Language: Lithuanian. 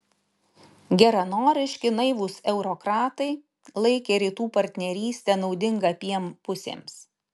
geranoriški naivūs eurokratai laikė rytų partnerystę naudinga abiem pusėms